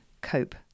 cope